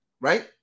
right